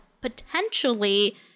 potentially